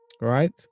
right